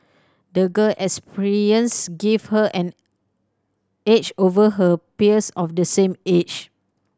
the girl experience gave her an edge over her peers of the same age